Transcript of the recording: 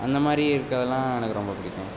அந்த மாதிரி இருக்கிறதுலாம் எனக்கு ரொம்ப பிடிக்கும்